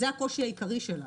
זה הקושי העיקרי שלנו.